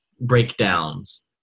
breakdowns